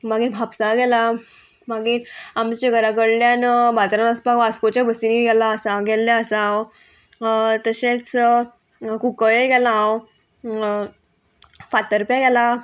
मागीर म्हापसा गेलां मागीर आमच्या घराकडल्यान बाजारान वचपाक वास्कोचे बसीनी गेलां आसा गेल्ले आसा हांव तशेंच कुकळे गेलां हांव फातरपे गेलां